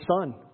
Son